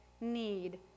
need